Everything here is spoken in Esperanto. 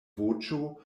voĉo